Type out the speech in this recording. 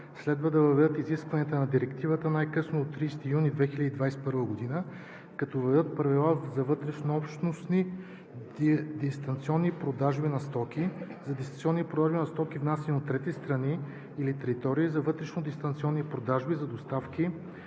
следва да въведат изискванията на директивите най-късно до 30 юни 2021 г., като въведат правила за вътреобщностни дистанционни продажби на стоки; за дистанционни продажби на стоки внасяни от трети страни или територии; за вътрешни дистанционни продажби; за доставки,